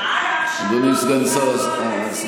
עד עכשיו לא ניצלתם את כל התקציב שקיבלתם מהממשלה לסיוע.